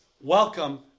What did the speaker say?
Welcome